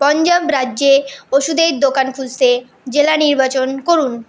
পঞ্জাব রাজ্যে ওষুধের দোকান খুঁজতে জেলা নির্বাচন করুন